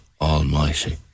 Almighty